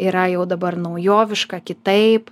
yra jau dabar naujoviška kitaip